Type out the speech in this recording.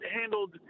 handled